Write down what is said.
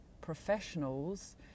professionals